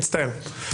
אני מצטער.